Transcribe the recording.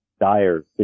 dire